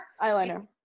Eyeliner